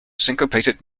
syncopated